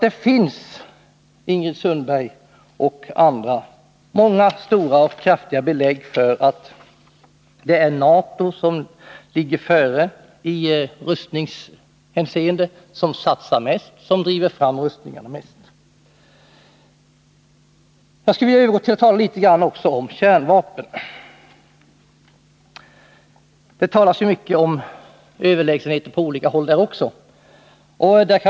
Det finns alltså, Ingrid Sundberg och andra, många kraftiga belägg för att det är NATO som ligger före i rustningshänseende, som satsar mest, som driver fram rustningarna mest. Jag skulle vilja övergå till att tala litet grand också om kärnvapen. Det talas mycket om överlägsenhet på olika håll också här.